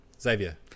Xavier